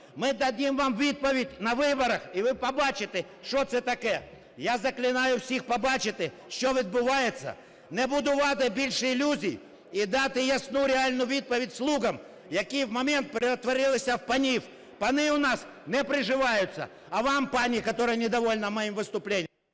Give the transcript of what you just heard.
Ми дадим вам відповідь на виборах. І ви побачите, що це таке. Я закликаю всіх побачити, що відбувається. Не будувати більше ілюзій і дати ясну, реальну відповідь "слугам", які в момент перетворилися в панів. Пани у нас не приживаються. А вам, пані, которая недовольна моим выступлением…